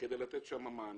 כדי לתת שם מענה.